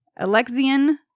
Alexian